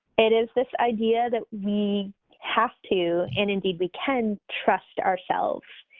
it is this idea that we have to, and indeed, we can trust ourselves.